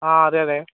ആ അതെ അതെ